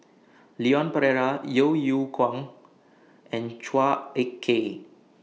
Leon Perera Yeo Yeow Kwang and Chua Ek Kay